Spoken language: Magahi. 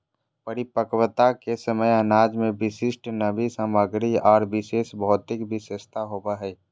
परिपक्वता के समय अनाज में विशिष्ट नमी सामग्री आर विशेष भौतिक विशेषता होबो हइ